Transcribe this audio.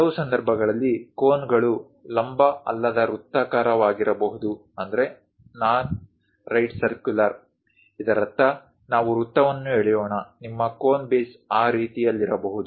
ಕೆಲವು ಸಂದರ್ಭಗಳಲ್ಲಿ ಕೋನ್ಗಳು ಲಂಬ ಅಲ್ಲದ ವೃತ್ತಾಕಾರವಾಗಿರಬಹುದು ಇದರರ್ಥ ನಾವು ವೃತ್ತವನ್ನು ಎಳೆಯೋಣ ನಿಮ್ಮ ಕೋನ್ ಬೇಸ್ ಆ ರೀತಿಯಲ್ಲಿರಬಹುದು